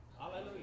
Hallelujah